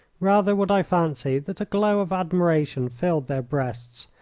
rather would i fancy that a glow of admiration filled their breasts,